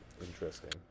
interesting